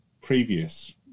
previous